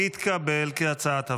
כהצעת הוועדה,